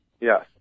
Yes